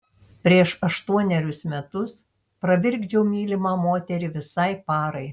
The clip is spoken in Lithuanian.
prieš aštuonerius metus pravirkdžiau mylimą moterį visai parai